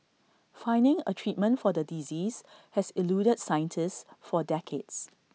finding A treatment for the disease has eluded scientists for decades